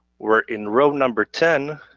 where in row number ten